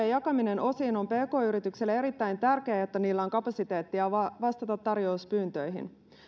jakaminen osiin on pk yritykselle erittäin tärkeää jotta niillä on kapasiteettia vastata tarjouspyyntöihin